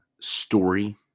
story